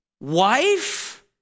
wife